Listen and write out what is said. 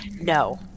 No